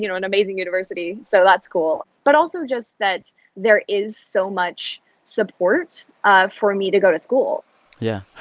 you know an amazing university, so that's cool but also just that there is so much support ah for me to go to school yeah.